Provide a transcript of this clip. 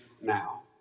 now